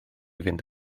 fynd